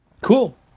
Cool